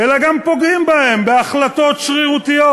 אלא גם פוגעים בהם בהחלטות שרירותיות.